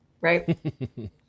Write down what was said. Right